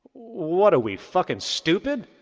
what are we, fucking stupid!